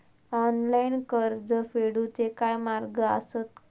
Online कर्ज फेडूचे काय मार्ग आसत काय?